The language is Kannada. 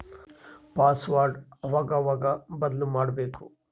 ಪಾಸ್ವರ್ಡ್ ಅವಾಗವಾಗ ಬದ್ಲುಮಾಡ್ಬಕು